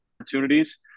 opportunities